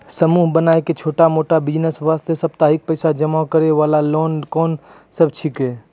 समूह बनाय के छोटा मोटा बिज़नेस वास्ते साप्ताहिक पैसा जमा करे वाला लोन कोंन सब छीके?